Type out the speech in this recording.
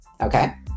Okay